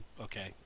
okay